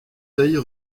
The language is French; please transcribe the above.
taillis